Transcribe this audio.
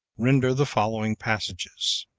render the following passages